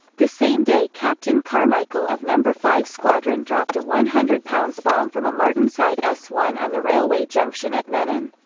the same day captain carmichael of no five squadron dropped a one hundred lb bomb from a martinsyde s one on the railway junction at menin.